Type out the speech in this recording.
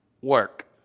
work